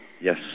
Yes